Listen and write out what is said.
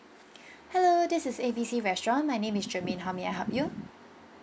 hello this is A B C restaurant my name is germaine how may I help you